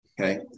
okay